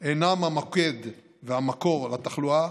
אינם המוקד והמקור לתחלואה.